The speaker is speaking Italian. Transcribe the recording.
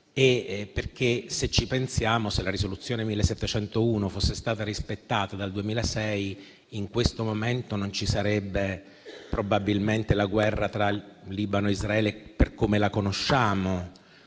se ci pensiamo, se la risoluzione 1701 del 2006 fosse stata rispettata dal 2006, in questo momento non ci sarebbe probabilmente la guerra tra il Libano e Israele, per come la conosciamo.